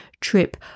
trip